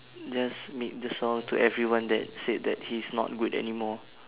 just made the song to everyone that said that he's not good anymore